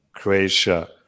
Croatia